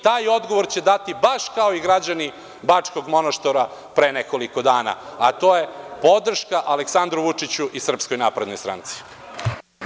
Taj odgovor će dati baš kao i građani Bačkog Monoštora pre nekoliko dana, a to je podrška Aleksandru Vučiću i SNS-u.